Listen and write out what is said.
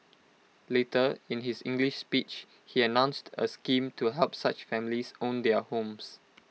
later in his English speech he announced A scheme to help such families own their homes